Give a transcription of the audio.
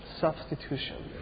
substitution